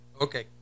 Okay